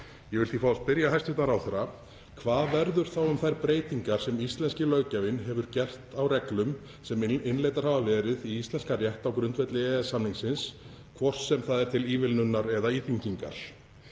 Ég vil því fá að spyrja hæstv. ráðherra: Hvað verður þá um þær breytingar sem íslenski löggjafinn hefur gert á reglum sem innleiddar hafa verið í íslenskan rétt á grundvelli EES-samningsins, hvort sem er til ívilnunar eða íþyngingar?